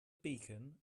beacon